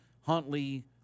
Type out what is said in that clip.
Huntley